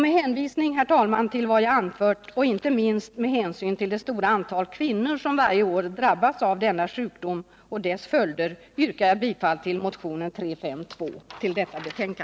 Med hänvisning till vad jag anfört och inte minst med hänsyn till det stora antal kvinnor som varje år drabbas av denna sjukdom och dess följder yrkar jag bifall till motionen 352.